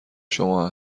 شما